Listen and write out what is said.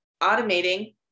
automating